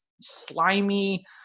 slimy